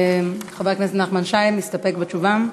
חבר הכנסת נחמן שי, מסתפק בתשובה?